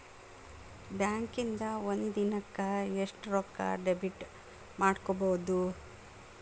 ಬ್ಯಾಂಕಿಂದಾ ಒಂದಿನಕ್ಕ ಎಷ್ಟ್ ರೊಕ್ಕಾ ಡೆಬಿಟ್ ಮಾಡ್ಕೊಬಹುದು?